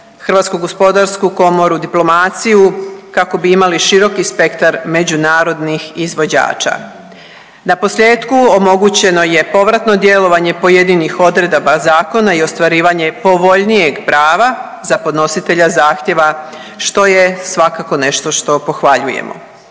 Hrvatsku gospodarsku komoru, diplomaciju, kako bi imali široki spektar međunarodnih izvođača. Naposljetku, omogućeno je povratno djelovanje pojedinih odredaba zakona i ostvarivanje povoljnijeg prava za podnositelja zahtjeva, što je svakako nešto što pohvaljujemo.